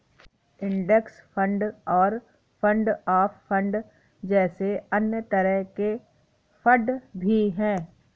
index fund और fund of fund जैसे अन्य तरह के फण्ड भी हैं